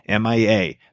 MIA